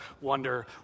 wonder